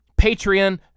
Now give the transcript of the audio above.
Patreon